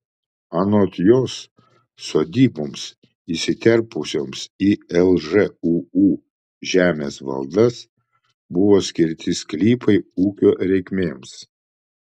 anot jos sodyboms įsiterpusioms į lžūu žemės valdas buvo skirti sklypai ūkio reikmėms